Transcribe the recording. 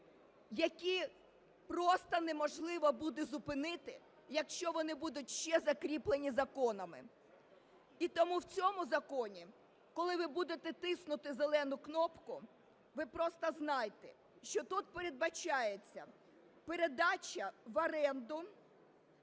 які просто неможливо буде зупинити, якщо вони будуть ще закріплені законами. І тому в цьому законі, коли ви будете тиснути зелену кнопку, ви просто знайте, що тут передбачається передача в оренду